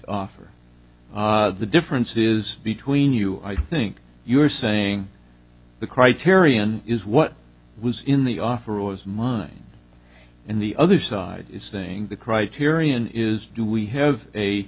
offer the difference is between you i think you're saying the criterion is what was in the offer was mine in the other side thing the criterion is do we have a